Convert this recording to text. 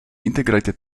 integrated